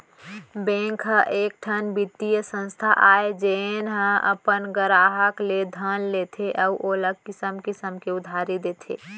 bank ह एकठन बित्तीय संस्था आय जेन ह अपन गराहक ले धन लेथे अउ ओला किसम किसम के उधारी देथे